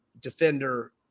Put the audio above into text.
defender